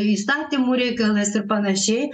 įstatymų reikalas ir panašiai